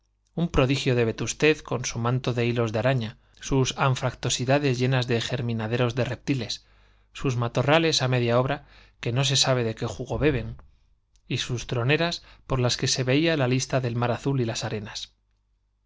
un prodigio de vetustez con su manto de hilos de araña sus anfractuosidades llenas á media de germinaderós de reptiles sus matorrales tro obra que no se sabe de qué jugo beben y sus veía la lista del mar azul y las